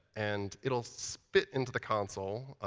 and it'll spit into the console.